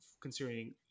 considering